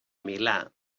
milà